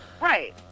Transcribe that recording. Right